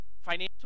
Financial